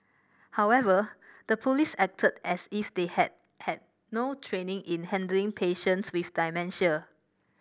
however the police acted as if they had had no training in handling patients with dementia